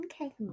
Okay